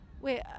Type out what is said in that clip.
Wait